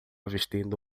vestindo